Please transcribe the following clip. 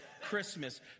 Christmas